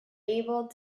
able